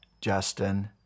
Justin